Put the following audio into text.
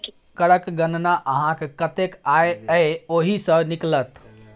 करक गणना अहाँक कतेक आय यै ओहि सँ निकलत